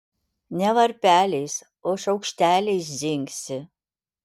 ne varpeliais o šaukšteliais dzingsi